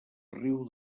riu